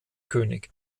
könig